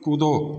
कूदो